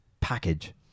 package